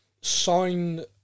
sign